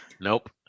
Nope